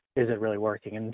is it really working? and